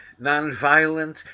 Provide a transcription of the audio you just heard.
nonviolent